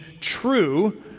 true